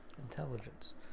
intelligence